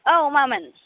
औ मामोन